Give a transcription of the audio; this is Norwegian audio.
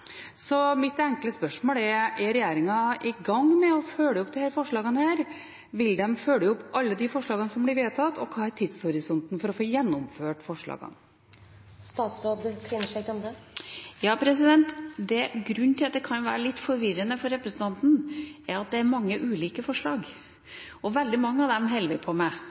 Mitt enkle spørsmål er: Er regjeringen i gang med å følge opp disse forslagene, vil de følge opp alle forslagene som blir vedtatt, og hva er tidshorisonten for å få gjennomført forslagene? Grunnen til at det kan være litt forvirrende for representanten, er at det er mange ulike forslag. Veldig mange av dem holder vi på med.